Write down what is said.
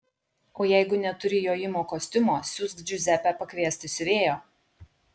o jeigu neturi jojimo kostiumo siųsk džiuzepę pakviesti siuvėjo